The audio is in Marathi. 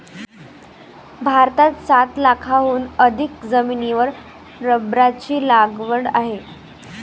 भारतात सात लाखांहून अधिक जमिनीवर रबराची लागवड आहे